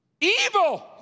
evil